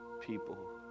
people